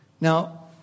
Now